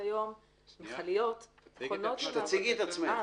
אני קרן,